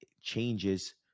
changes